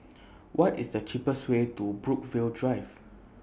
What IS The cheapest Way to Brookvale Drive